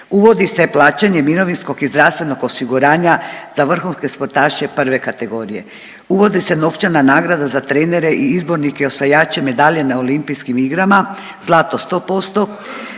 uvodi se plaćanje mirovinskog i zdravstvenog osiguranja za vrhunske sportaše prve kategorije, uvodi se novčana nagrada za trenere i izbornike osvajače medalje na olimpijskim igrama, zlato 100%,